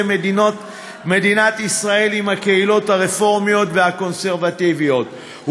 מדינת ישראל עם הקהילות הרפורמיות והקונסרבטיביות,